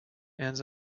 and